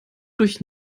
durch